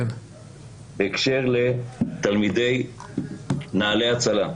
בהקשר לתלמידי נעל"ה הצלה,